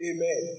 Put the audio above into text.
Amen